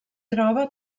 troba